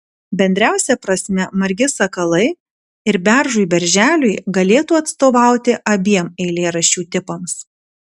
bendriausia prasme margi sakalai ir beržui berželiui galėtų atstovauti abiem eilėraščių tipams